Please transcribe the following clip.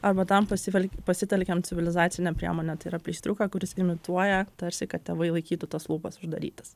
arba tam pasivelk pasitelkiam civilizacinę priemonę tai yra pleistriuką kuris imituoja tarsi kad tėvai laikytų tas lūpas uždarytas